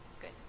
Good